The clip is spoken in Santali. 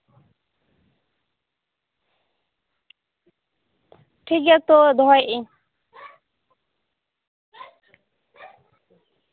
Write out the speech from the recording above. ᱴᱷᱤᱠᱜᱮᱭᱟ ᱛᱚ ᱫᱚᱦᱚᱭᱮᱫᱟᱹᱧ